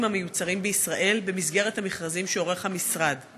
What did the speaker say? המיוצרים בישראל במסגרת המכרזים שהמשרד עורך.